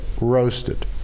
roasted